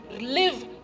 live